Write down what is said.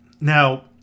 Now